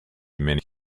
mini